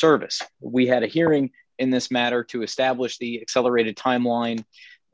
service we had a hearing in this matter to establish the accelerated timeline